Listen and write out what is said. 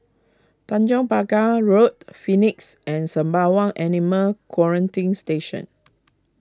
Tanjong Pagar Road Phoenix and Sembawang Animal Quarantine Station